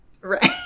Right